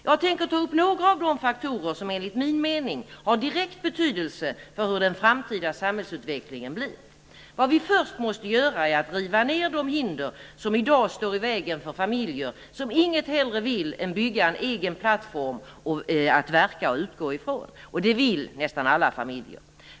Jag tänker ta upp några av de faktorer som enligt min mening har direkt betydelse för hur den framtida samhällsutvecklingen blir. Vad vi först måste göra är att vi måste riva ned de hinder som i dag står i vägen för familjer som inget hellre vill än bygga en egen plattform att verka och utgå från. Det vill nästan alla familjer.